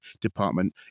department